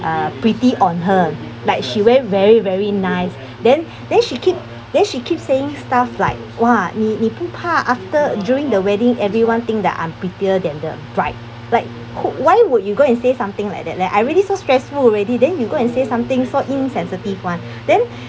uh pretty on her like she wear very very nice then then she keep then she keep saying stuff like !wah! ni ni bu pa after during the wedding everyone think that I'm prettier than the bride like who why would you go and say something like that leh I really so stressful already then you go and say something so insensitive [one] then